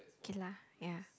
okay lah ya